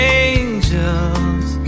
angels